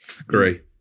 Agree